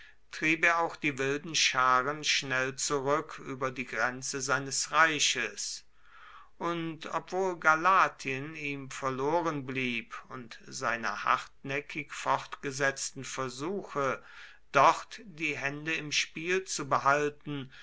er auch die wilden scharen schnell zurück über die grenze seines reiches und obwohl galatien ihm verloren blieb und seine hartnäckig fortgesetzten versuche dort die hände im spiel zu behalten